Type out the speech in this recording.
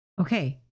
okay